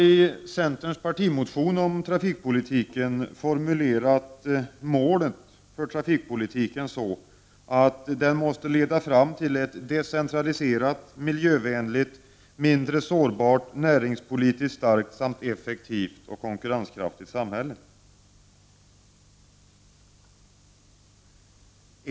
I centerns partimotion om trafikpolitiken har vi formulerat målen för trafikpolitiken så, att denna måste leda fram till ett decentraliserat, miljövänligt, mindre sårbart, näringspolitiskt starkt samt effektivt och konkurrenskraftigt samhälle.